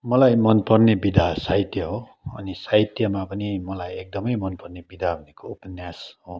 मलाई मनपर्ने विधा साहित्य हो अनि साहित्यमा पनि मलाई एकदमै मनपर्ने विधा भनको उपन्यास हो